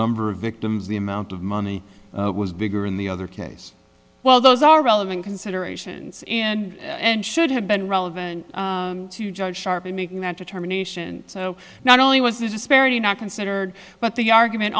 number of victims the amount of money was bigger in the other case well those are relevant considerations and should have been relevant to judge sharp in making that determination so not only was the disparity not considered but the argument